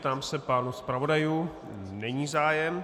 Ptám se pánů zpravodajů není zájem.